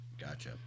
Gotcha